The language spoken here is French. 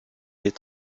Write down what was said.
est